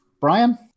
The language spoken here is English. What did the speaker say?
Brian